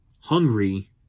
hungry